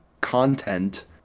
content